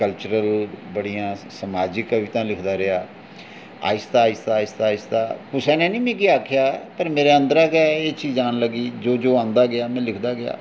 cultural बड़ी इ'यां समाजिक कविता लिखदा रेहा आस्तै आस्तै आस्तै आस्तै कुसै नै निं मिगी आक्खेआ पर मेरे अंदरा गै एह् चीज औन लगी जो जो औंदा गेआ में लिखदा गेआ